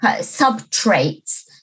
sub-traits